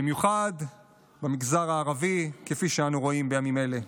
במיוחד במגזר הערבי, כפי שאנחנו רואים בימים אלה,